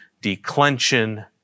declension